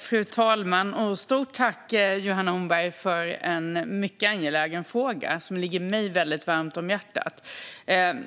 Fru talman! Stort tack, Johanna Hornberger, för en mycket angelägen fråga som ligger mig väldigt varmt om hjärtat.